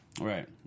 right